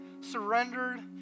surrendered